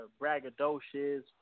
braggadocious